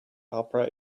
opera